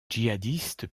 djihadistes